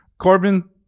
Corbin